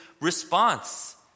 response